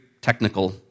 technical